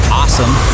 awesome